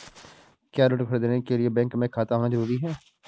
क्या ऋण ख़रीदने के लिए बैंक में खाता होना जरूरी है?